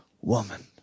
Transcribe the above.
woman